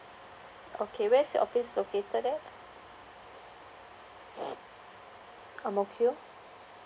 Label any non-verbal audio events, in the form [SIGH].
okay where's your office located at [BREATH] ang mo kio